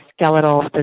skeletal